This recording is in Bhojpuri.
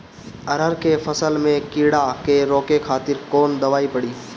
अरहर के फसल में कीड़ा के रोके खातिर कौन दवाई पड़ी?